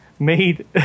made